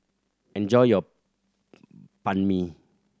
enjoy your Banh Mi